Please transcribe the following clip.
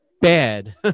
Bad